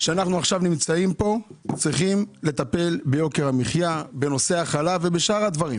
הוא לטפל ביוקר המחיה, בנושא החלב ובשאר הדברים.